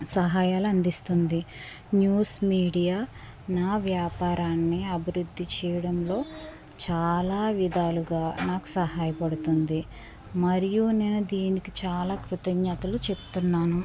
సహాయాలు అందిస్తుంది news media నా వ్యాపారాన్ని అభివృద్ధి చేయడంలో చాలా విధాలుగా నాకు సహాయపడుతుంది మరియు నేను దీనికి చాలా కృతజ్ఞతలు చెబుతున్నాను